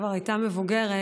כבר הייתה מבוגרת,